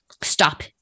stop